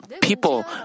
people